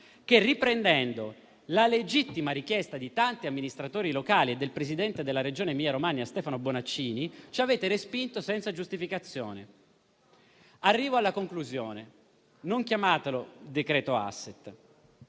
riprendendo la legittima richiesta di tanti amministratori locali e del presidente della Regione Emilia-Romagna Stefano Bonaccini. Ebbene, ci avete respinto tali emendamenti senza giustificazione. Arrivo alla conclusione. Non chiamatelo decreto-legge